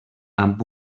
amb